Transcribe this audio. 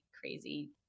crazy